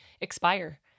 expire